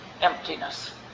emptiness